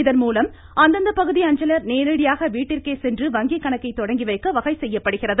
இதன்மூலம் அந்தந்த பகுதி அஞ்சலகர் நேரடியாக வீட்டிற்கே சென்று வங்கி கணக்கை தொடங்கிவைக்க வகை செய்யப்படுகிறது